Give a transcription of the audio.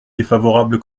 défavorable